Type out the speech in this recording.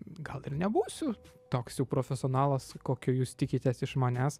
gal ir nebūsiu toks jau profesionalas kokio jūs tikitės iš manęs